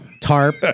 tarp